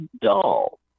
dull